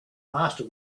master